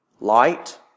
light